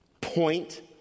point